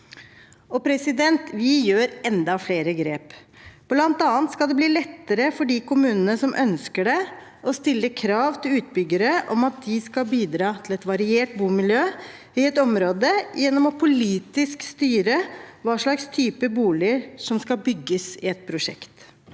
utleiemarkedet. Vi gjør enda flere grep. Blant annet skal det blir lettere for de kommunene som ønsker det, å stille krav til utbyggere om at de skal bidra til et variert bomiljø i et område ved politisk å styre hva slags boliger som skal bygges i et prosjekt.